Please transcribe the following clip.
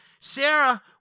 Sarah